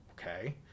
okay